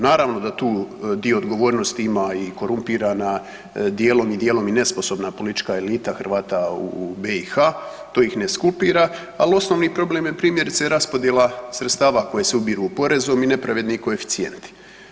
Naravno da tu dio odgovornosti ima i korumpirana dijelom i dijelom i nesposobna politička elita Hrvata u BiH to ih ne skupira, ali osnovni problem je primjerice raspodjela sredstava koje se ubiru porezom i nepravedni koeficijenti.